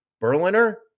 Berliner